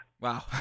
Wow